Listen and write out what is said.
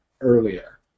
earlier